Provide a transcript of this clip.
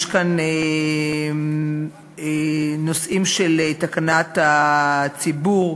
יש כאן נושאים של תקנת הציבור,